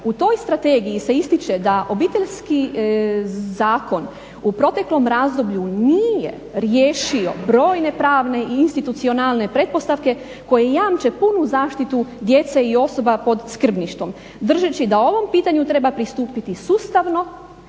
u toj strategiji se ističe da obiteljski zakon u proteklom razdoblju nije riješio brojne pravne i institucionalne pretpostavke koje jamče punu zaštitu djece i osoba pod skrbništvom držeći da ovom pitanju treba pristupiti sustavno